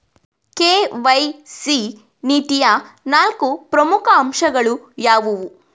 KYC ನೀತಿಯ ನಾಲ್ಕು ಪ್ರಮುಖ ಅಂಶಗಳು ಯಾವುವು?